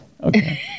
Okay